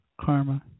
Karma